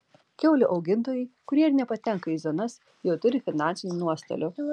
kiaulių augintojai kurie ir nepatenka į zonas jau turi finansinių nuostolių